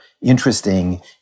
interesting